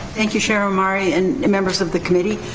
thank you, chair omari and members of the committee.